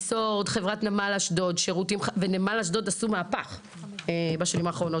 "חברת נמל אשדוד"; עשו מהפכה בשנים האחרונות,